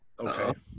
Okay